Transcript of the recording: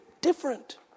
different